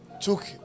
took